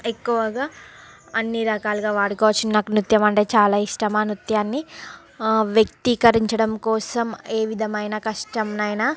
ఎక్కువగా అన్ని రకాలుగా వాడుకోవొచ్చు నాకు నృత్యం అంటే చాలా ఇష్టం ఆ నృత్యాన్ని వ్యక్తీకరించటం కోసం ఏ విధమైన కష్టంనైన